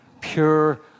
pure